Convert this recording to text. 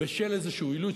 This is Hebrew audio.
בשל איזה אילוץ,